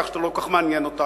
כך שאתה לא כל כך מעניין אותנו.